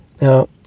Now